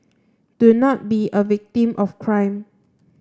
do not be a victim of crime